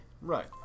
Right